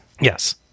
Yes